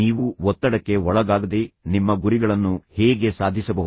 ಮತ್ತು ನಂತರ ನೀವು ಒತ್ತಡಕ್ಕೆ ಒಳಗಾಗದೆ ನಿಮ್ಮ ಗುರಿಗಳನ್ನು ಹೇಗೆ ಸಾಧಿಸಬಹುದು